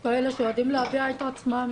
יש כאלה שיודעים להביע את עצמם,